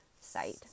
site